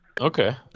Okay